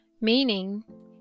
meaning